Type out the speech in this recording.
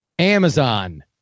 Amazon